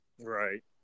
Right